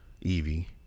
Evie